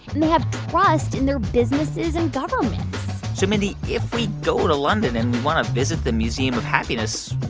and they have trust in their businesses and governments so, mindy, if we go to london and want to visit the museum of happiness,